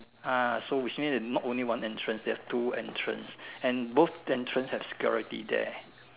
ah so which means that not only one entrance they have two entrance and both entrance have security there